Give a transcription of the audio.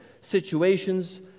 situations